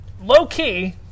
low-key